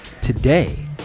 Today